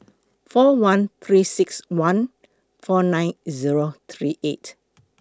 four one three six one four nine Zero three eight